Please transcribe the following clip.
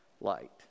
light